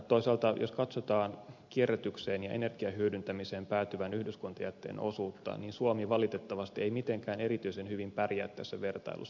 toisaalta jos katsotaan kierrätykseen ja energiahyödyntämiseen päätyvän yhdyskuntajätteen osuutta niin suomi valitettavasti ei mitenkään erityisen hyvin pärjää tässä vertailussa